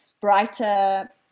brighter